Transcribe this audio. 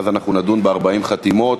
ואז אנחנו נדון ב-40 חתימות.